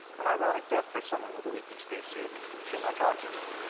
an ironic death for someone with a leaky space suit too much oxygen.